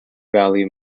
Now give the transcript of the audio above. value